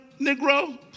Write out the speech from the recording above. Negro